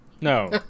no